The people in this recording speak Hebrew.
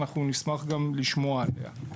ואנחנו נשמח גם לשמוע עליה.